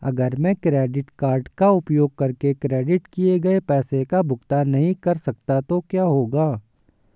अगर मैं credit card का उपयोग करके क्रेडिट किए गए पैसे का भुगतान नहीं कर सकता तो क्या होगा?